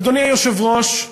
אדוני היושב-ראש,